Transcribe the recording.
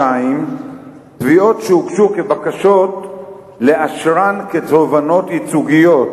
2. תביעות שהוגשו כבקשות לאשרן כתובענות ייצוגיות,